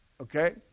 Okay